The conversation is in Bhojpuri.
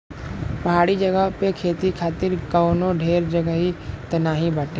पहाड़ी जगह पे खेती खातिर कवनो ढेर जगही त नाही बाटे